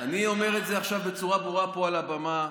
אני אומר את זה עכשיו בצורה ברורה פה על הבמה.